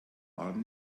arm